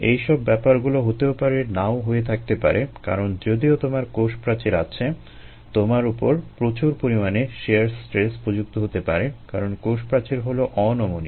এই সব ব্যাপারগুলো হতেও পারে না ও হয়ে থাকতে পারে কারণ যদিও তোমার কোষপ্রাচীর আছে তোমার উপর প্রচুর পরিমাণে শিয়ার স্ট্রেস প্রযুক্ত হতে পারে কারণ কোষপ্রাচীর হলো অনমনীয়